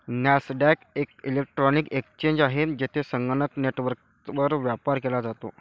Nasdaq एक electronic exchange आहे, जेथे संगणक नेटवर्कवर व्यापार केला जातो